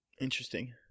Interesting